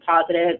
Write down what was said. positive